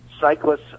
cyclists